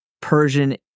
Persian